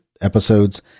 episodes